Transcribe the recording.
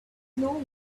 know